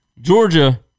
Georgia